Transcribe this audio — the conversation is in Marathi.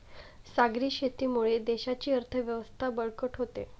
सागरी शेतीमुळे देशाची अर्थव्यवस्था बळकट होते